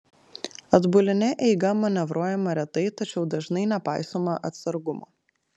atbuline eiga manevruojama retai tačiau dažnai nepaisoma atsargumo